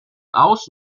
aus